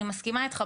אני מסכימה איתך,